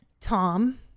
Tom